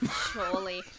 Surely